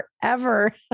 forever